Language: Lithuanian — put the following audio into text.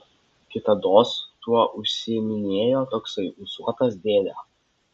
kitados tuo užsiiminėjo toksai ūsuotas dėdė